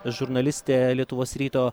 žurnalistė lietuvos ryto